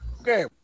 okay